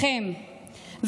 לכם,